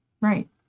Right